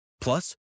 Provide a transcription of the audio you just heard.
Plus